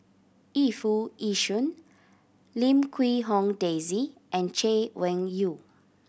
Yu Foo Yee Shoon Lim Quee Hong Daisy and Chay Weng Yew